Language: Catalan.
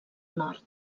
nord